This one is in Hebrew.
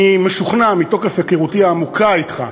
אני משוכנע, מתוקף היכרותי העמוקה אתך,